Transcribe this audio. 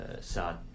sad